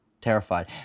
Terrified